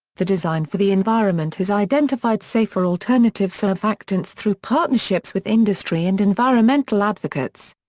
the design for the environment has identified safer alternative surfactants through partnerships with industry and environmental advocates.